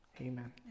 Amen